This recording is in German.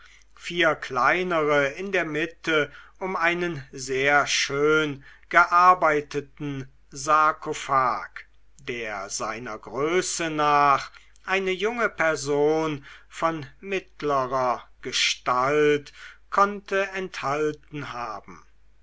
vier kleinere in der mitte um einen sehr schön gearbeiteten sarkophag der seiner größe nach eine junge person von mittlerer gestalt konnte enthalten haben